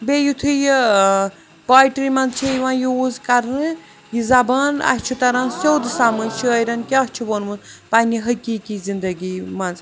بیٚیہِ یُتھُے یہِ ٲں پۄایٹرٛی منٛز چھِ یِوان یوٗز کَرنہٕ یہِ زبان اسہِ چھُ تَرَان سیٛود سمٕجھ شٲعرن کیٛاہ چھُ ووٚنمُت پننہِ حقیٖقی زِندگی منٛز